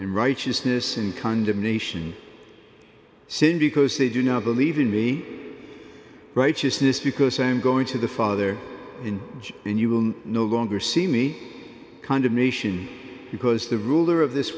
and righteousness and condemnation sin because they do not believe in me righteousness because i am going to the father in jail and you will no longer see me condemnation because the ruler of this